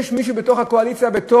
יש מישהו בתוך הקואליציה שהיה יכול